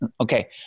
okay